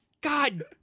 God